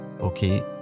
okay